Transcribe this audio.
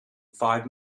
five